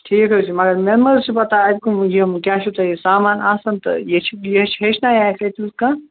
ٹھیٖک حظ چھُ مگر مےٚ ما حظ چھِ پَتاہ اَتہِ کٔمۍ یِم کیٛاہ چھُو تۅہہِ اَتہِ سامان آسان تہٕ ہیٚچھِ ہیٚچھِ ہیٚچھنایِکھ تیٛوٗت کال